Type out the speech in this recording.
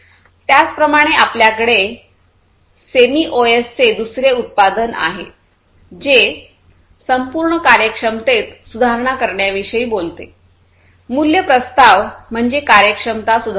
त्याचप्रमाणे आपल्याकडे सेमीओसचे दुसरे उत्पादन आहे जे संपूर्ण कार्यक्षमतेत सुधारणा करण्याविषयी बोलते मूल्य प्रस्ताव म्हणजे कार्यक्षमता सुधारणे